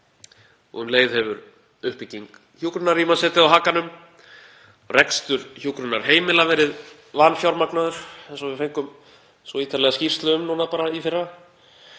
Um leið hefur uppbygging hjúkrunarrýma setið á hakanum, rekstur hjúkrunarheimila verið vanfjármagnaður, eins og við fengum svo ítarlega skýrslu um bara núna í fyrra,